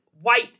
white